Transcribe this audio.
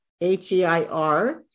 H-E-I-R